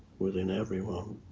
within everyone.